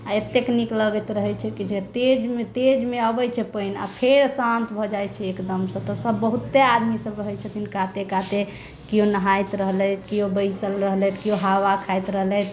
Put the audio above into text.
आ एतेक नीक लगैत रहै छै कि जे तेज मे तेज मे अबै छै पानि आ फेर शान्त भऽ जाइ छै एकदमसँ ओतऽ बहुते आदमी सभ रहै छथिन काते काते केओ नहाइत रहलथि केओ बैसल रहलथि केओ हावा खाति रहलथि